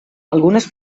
algunes